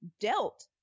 dealt